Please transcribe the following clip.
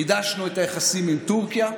חידשנו את היחסים עם טורקיה.